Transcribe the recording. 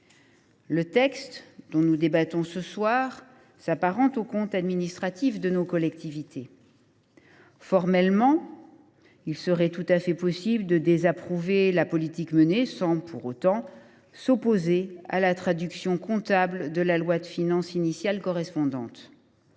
Le texte dont nous débattons cet après midi s’apparente aux comptes administratifs de nos collectivités. Formellement, il serait tout à fait possible de désapprouver la politique menée sans pour autant s’opposer à la traduction comptable de la loi de finances initiale correspondante.